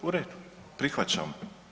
U redu, prihvaćam.